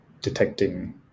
detecting